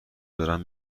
دارن